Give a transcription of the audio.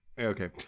Okay